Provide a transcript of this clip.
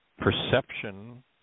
perception